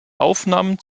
aufnahmen